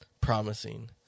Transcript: promising